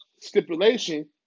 stipulation